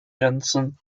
jensen